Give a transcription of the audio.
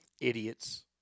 Idiots